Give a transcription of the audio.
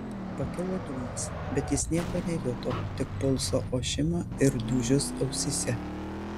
pakilo dūmas bet jis nieko nejuto tik pulso ošimą ir dūžius ausyse